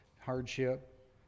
Hardship